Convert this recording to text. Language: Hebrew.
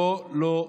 בוא לא,